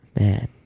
Man